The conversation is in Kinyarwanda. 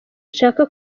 nshaka